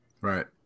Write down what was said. Right